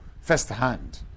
First-hand